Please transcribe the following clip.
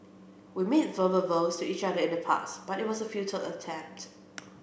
we made verbal vows to each other in the past but it was a futile attempt